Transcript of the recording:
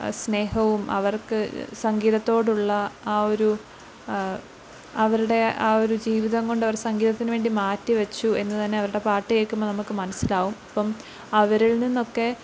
സ്നേഹവും അവർക്ക് സംഗീതത്തോടുള്ള ആ ഒരു അവരുടെ ആ ഒരു ജീവിതം കൊണ്ടവർ സംഗീതത്തിന് മാറ്റിവെച്ചു എന്നു തന്നെയവരുടെ പാട്ടുകേൾക്കുമ്പം നമുക്ക് മനസ്സിലാകും അപ്പം അവരിൽ നിന്നൊക്കെ